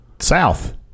South